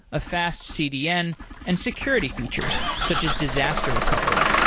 a fast cdn and security features, such as disaster recovery.